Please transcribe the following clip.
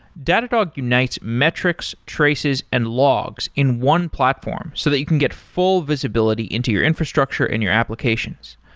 datadog unites metr ics, traces and logs in one platform so that you can get full visibility into your infrastructure and your applications.